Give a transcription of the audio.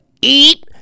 Eat